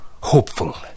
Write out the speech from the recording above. Hopeful